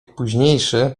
późniejszy